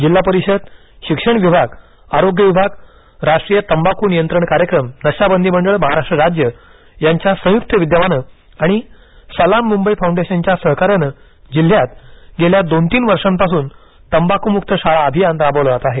जिल्हा परिषद शिक्षण विभाग आरोग्य विभाग राष्ट्रीय तंबाखू नियंत्रण कार्यक्रम नशाबंदी मंडळ महाराष्ट्र राज्य यांच्या संयुक्त विद्यमानं आणि सलाम मुंबई फाउंडेशनच्या सहकार्यानं जिल्ह्यात गेल्या दोन तीन वर्षापासून तंबाखू मुक्त शाळा अभियान राबविलं जात आहे